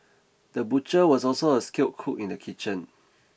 the butcher was also a skilled cook in the kitchen